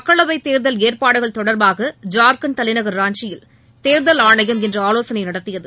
மக்களவைத்தேர்தல் ஏற்பாடுகள் தொடர்பாக ஜார்கண்ட் தலைநகர் ராஞ்சியில் தேர்தல் ஆணையம் இன்று ஆலோசனை நடத்தியது